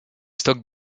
stocks